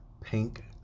pink